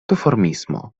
duformismo